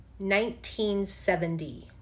1970